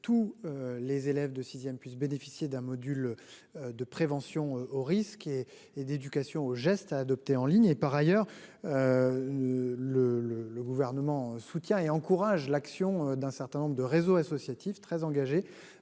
tous les élèves de 6ème puissent bénéficier d'un Module. De prévention aux risques et et d'éducation aux gestes à adopter en ligne et par ailleurs. Le le le gouvernement soutient et encourage l'action d'un certain nombre de réseaux associatifs très engagé